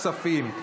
ועדת הכספים.